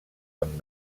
amb